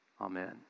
Amen